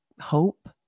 hope